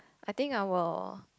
I think I will